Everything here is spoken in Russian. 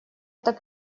так